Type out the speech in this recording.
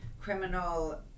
criminal